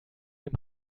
dem